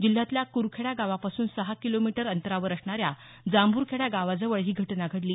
जिल्ह्यातल्या कुरखेडा गावापासून सहा किलोमीटर अंतरावर असणाऱ्या जांभूरखेडा गावाजवळ ही घटना घडली